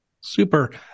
Super